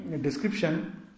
description